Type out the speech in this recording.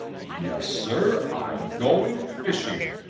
yes, sir, i'm going fishing.